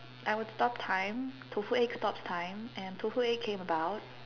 I would stop time tofu egg stops time and tofu egg came about